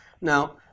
Now